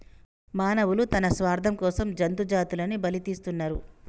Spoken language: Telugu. మానవులు తన స్వార్థం కోసం జంతు జాతులని బలితీస్తున్నరు